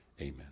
Amen